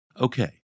Okay